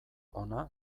hona